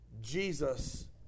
Jesus